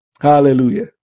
hallelujah